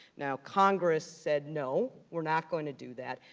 now congress said, no, we're not going to do that,